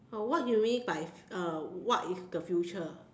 what do you mean by uh what is the future